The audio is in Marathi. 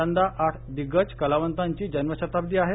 यंदा आठ दिग्गज कलावतांची जन्मशताब्दी आहे